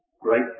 great